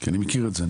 כי אני מכיר את זה,